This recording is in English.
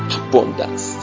abundance